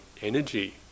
energy